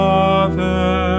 Father